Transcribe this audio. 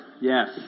yes